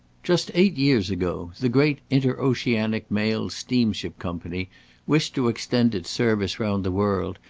just eight years ago, the great inter-oceanic mail steamship company wished to extend its service round the world,